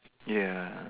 ya